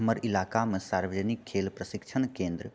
हमर इलाकामे सार्वजनिक खेल प्रशिक्षण केन्द्र